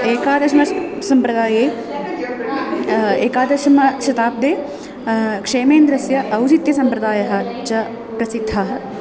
एकादश सम्प्रदाये एकादशतमशताब्दे क्षेमेन्द्रस्य औचित्यसम्प्रदायः च प्रसिद्धाः